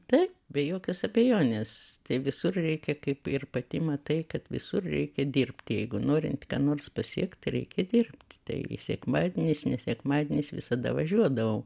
tai be jokios abejonės visur reikia kaip ir pati matai kad visur reikia dirbti jeigu norint ką nors pasiekt reikia dirbt tai sekmadienis ne sekmadienis visada važiuodavau